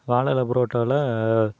வாழை இலை பரோட்டால